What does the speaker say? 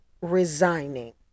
resigning